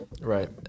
Right